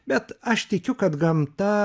bet aš tikiu kad gamta